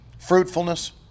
Fruitfulness